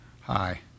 Hi